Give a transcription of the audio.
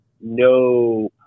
no